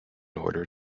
order